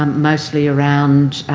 um mostly around